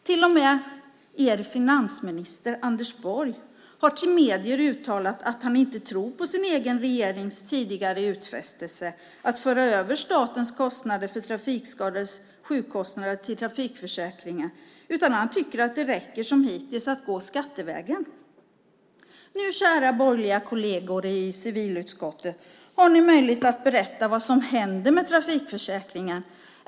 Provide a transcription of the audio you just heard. Till och med er finansminister Anders Borg har till medier uttalat att han inte tror på sin egen regerings tidigare utfästelse att föra över statens kostnader för trafikskadades sjukkostnader till trafikförsäkringen. Han tycker att det räcker att, som hittills, gå skattevägen. Nu, kära borgerliga kolleger i civilutskottet, har ni möjlighet att berätta vad som händer med trafikförsäkringen.